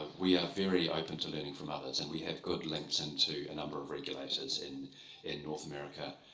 we are very open to learning from others, and we have good links and to a number of regulators in and north america,